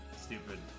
Stupid